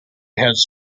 has